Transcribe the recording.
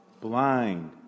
Blind